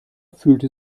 fühlte